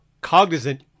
cognizant